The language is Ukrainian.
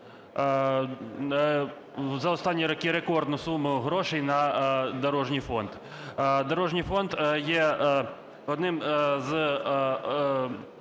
за останні роки рекордну суму грошей на дорожній фонд. Дорожній фонд є одним з